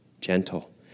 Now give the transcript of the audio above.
gentle